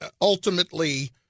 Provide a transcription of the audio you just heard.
ultimately